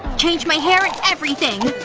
change my hair and everything